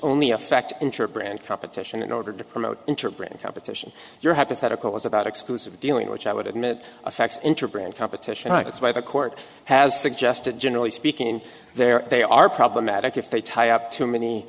only affect intra brand competition in order to promote interbrand competition your hypothetical is about exclusive dealing which i would admit affects into brand competition it's why the court has suggested generally speaking there they are problematic if they tie up too many